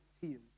tears